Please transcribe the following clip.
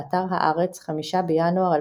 באתר הטיולים "טבע ונופים בישראל" יאיר זיידנר,